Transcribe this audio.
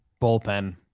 bullpen